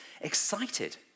excited